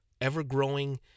ever-growing